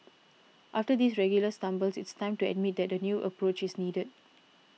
after these regular stumbles it's time to admit that a new approach is needed